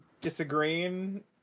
disagreeing